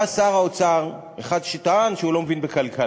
בא שר האוצר, אחד שטען שהוא לא מבין בכלכלה,